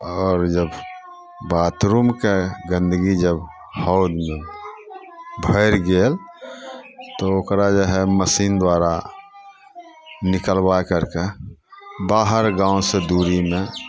आओर जब बाथरूमके गन्दगी जब हौजमे भरि गेल तऽ ओकरा जे हइ मशीन द्वारा निकलबा करिके बाहर गाँवसँ दूरीमे